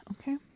Okay